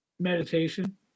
Meditation